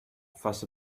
fuss